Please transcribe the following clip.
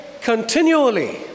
continually